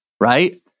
right